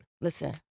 Listen